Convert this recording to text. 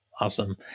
Awesome